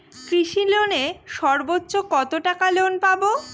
কৃষি লোনে সর্বোচ্চ কত টাকা লোন পাবো?